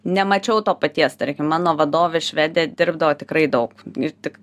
nemačiau to paties tarkim mano vadovė švedė dirbdavo tikrai daug ir tik